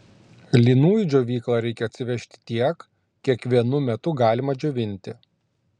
linų į džiovyklą reikia atsivežti tiek kiek vienu metu galima džiovinti